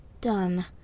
done